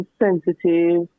insensitive